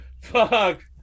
Fuck